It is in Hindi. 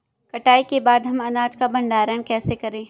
कटाई के बाद हम अनाज का भंडारण कैसे करें?